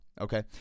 Okay